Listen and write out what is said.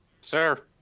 Sir